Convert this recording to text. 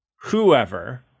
whoever